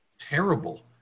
terrible